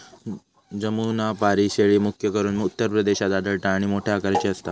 जमुनापारी शेळी, मुख्य करून उत्तर प्रदेशात आढळता आणि मोठ्या आकाराची असता